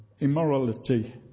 immorality